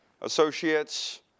associates